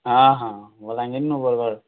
ହଁ ହଁ ବଲାଙ୍ଗୀରନୁ ବରଗଡ଼